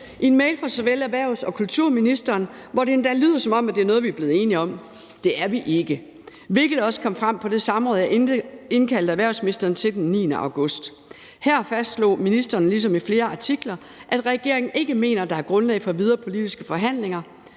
i en mail fra såvel erhvervsministeren som kulturministeren, hvor det endda lyder, som om det er noget, vi er blevet enige om. Det er vi ikke, hvilket også kom frem på det samråd, som jeg indkaldte erhvervsministeren til den 9. august. Her fastslog ministeren ligesom i flere artikler, at regeringen ikke mener, at der er grundlag for videre politiske forhandlinger.